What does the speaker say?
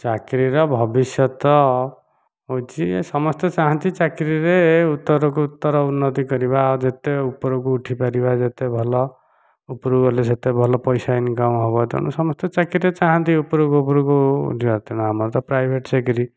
ଚାକିରିର ଭବିଷ୍ୟତ ହେଉଛି ସମସ୍ତେ ଚାହାଁନ୍ତି ଚାକିରିରେ ଉତ୍ତରକୁ ଉତ୍ତର ଉନ୍ନତି କରିବା ଯେତେ ଉପରକୁ ଉଠିପାରିବା ଯେତେ ଭଲ ଉପରକୁ ଗଲେ ସେତେ ଭଲ ପଇସା ଇନକମ୍ ହେବ ତେଣୁ ସମସ୍ତେ ଚାକିରିରେ ଚାହାଁନ୍ତି ଉପରକୁ ଉପରକୁ ଯିବା ତେଣୁ ଆମର ତ ପ୍ରାଇଭେଟ୍ ଚାକିରି